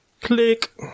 Click